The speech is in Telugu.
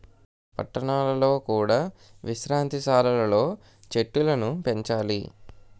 పట్టణాలలో కూడా విశ్రాంతి సాలలు లో చెట్టులను పెంచాలి